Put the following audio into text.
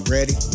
ready